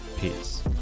peace